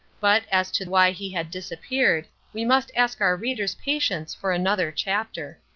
but, as to why he had disappeared, we must ask our reader's patience for another chapter.